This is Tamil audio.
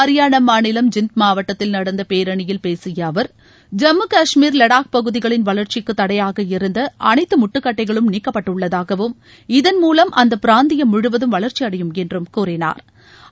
அரியானா மாநிலம் ஜிந்த் மாவட்டத்தில் நடந்த பேரணியில் பேசிய அவர் ஜம்மு கஷ்மீர் லடாக் பகுதிகளின் வளர்ச்சிக்கு தடையாக இருந்த அனைத்து முட்டுக்கட்டைகளும் நீக்கப்பட்டுள்ளதாகவும் இதன் மூலம் அந்த பிராந்தியம் முழுவதும் வளர்ச்சியடையும் என்றும் கூறினாா்